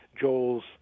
Joel's